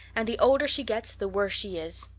and the older she gets the worse she is.